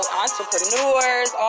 entrepreneurs